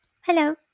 Hello